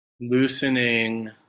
loosening